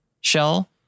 shell